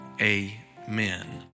Amen